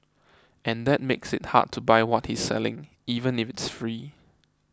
and that makes it hard to buy what he's selling even if it's free